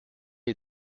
est